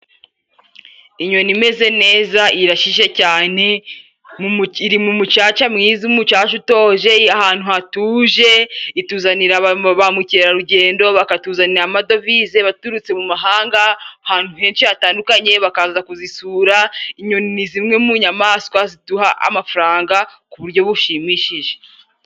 Inyoni imeze neza irashishe cyane, iri mu mucaca mwiza, umucaca utoshe, ahantu hatuje. Ituzanira ba mukerarugendo bakatuzanira amadovize baturutse mu mahanga, ahantu henshi hatandukanye bakaza kuzisura. Inyoni ni zimwe mu nyamaswa ziduha amafaranga ku buryo bushimishije.